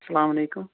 السلامُ علیکُم